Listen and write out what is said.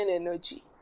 energy